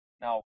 Now